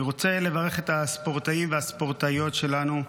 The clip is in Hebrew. אני רוצה לברך את הספורטאים והספורטאיות שלנו,